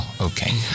Okay